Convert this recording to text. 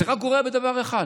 זה גורע רק בדבר אחד,